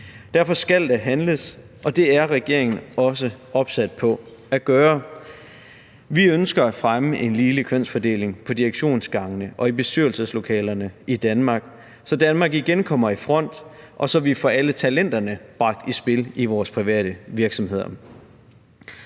Derfor skal der handles, og det er regeringen også opsat på at gøre. Vi ønsker at fremme en ligelig kønsfordeling på direktionsgangene og i bestyrelseslokalerne i Danmark, så Danmark igen kommer i front, og så vi får alle talenterne bragt i spil i vores private virksomheder.